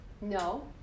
No